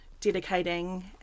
dedicating